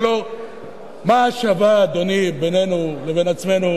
הלוא מה שווה, אדוני, בינינו לבין עצמנו,